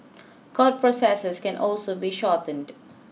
court processes can also be shortened